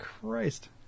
Christ